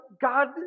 God